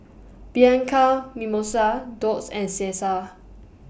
Bianco Mimosa Doux and Cesar